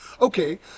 Okay